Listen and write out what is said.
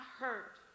hurt